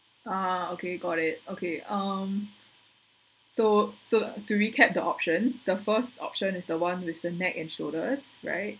uh okay got it okay um so so to recap the options the first option is the one with the neck and shoulders right